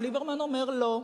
אבל ליברמן אומר: לא.